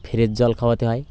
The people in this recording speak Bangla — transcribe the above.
ফ্রেশ জল খাওয়াতে হয়